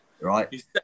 Right